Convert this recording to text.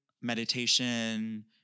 meditation